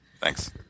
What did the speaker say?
Thanks